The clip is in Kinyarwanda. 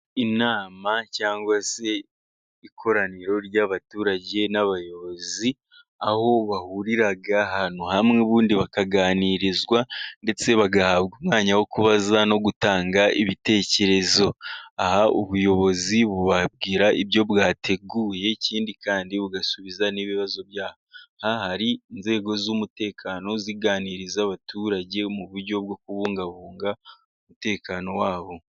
Inama cyangwa se ikoraniro ry'abaturage n'abayobozi, aho bahurira ahantu hamwe, ubundi bakaganirizwa, ndetse bagahabwa umwanya wo kubaza no gutanga ibitekerezo. Aha ubuyobozi bubabwira ibyo bwateguye, ikindi kandi bugasubiza n'ibibazo byabo. Nk'aha hari inzego z'umutekano ziganiriza abaturage, mu buryo bwo kubungabunga umutekano wabo.